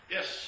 Yes